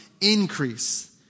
increase